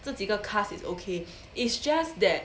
这几个 cast is okay it's just that